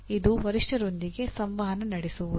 ಇದು ವರಿಷ್ಠರೊಂದಿಗೆ ಸಂವಹನ ನಡೆಸುವುದು